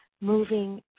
moving